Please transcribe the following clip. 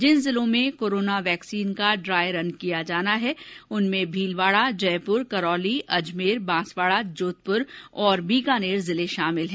जिन जिलों में corona vaccine का डाई रन किया जाना है उनमें भीलवाड़ा जयपुर करौली अजमेर बांसवाड़ा जोधपुर और बीकानेर जिले शामिल हैं